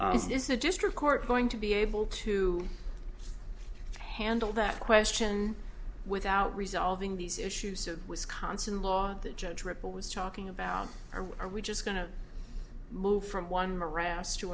is a district court going to be able to handle that question without resolving these issues of wisconsin law that judge ripple was talking about are we just going to move from one morass to